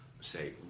say